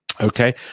Okay